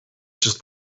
just